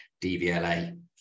DVLA